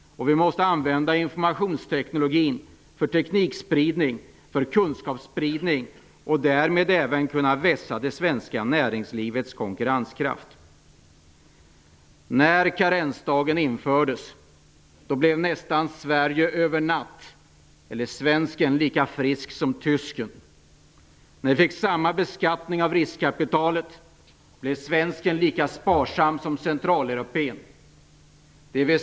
Vi måste använda informationsteknologin för teknikspridning och kunskapsspridning och därmed även kunna vässa det svenska näringslivets konkurrenskraft. När karensdagen infördes blev svensken nästan över en natt lika frisk som tysken. När vi fick samma beskattning av riskkapitalet blev svensken lika sparsam som centraleuropén.